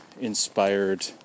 inspired